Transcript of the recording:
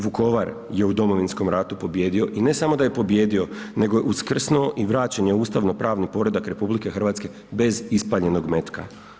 Vukovar je u Domovinskom ratu pobijedio i ne samo da je pobijedio nego je uskrsnuo i vraćen je ustavno pravni poredak RH bez ispaljenog metka.